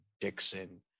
Dixon